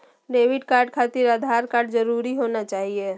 Debit card खातिर Aadhaar card जरूरी होना चाहिए?